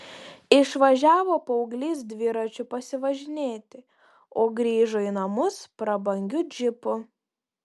išvažiavo paauglys dviračiu pasivažinėti o grįžo į namus prabangiu džipu